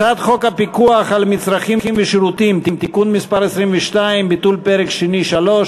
הצעת חוק הפיקוח על מצרכים ושירותים (תיקון מס' 22) (ביטול פרק שני 3),